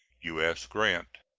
u s. grant.